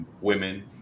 women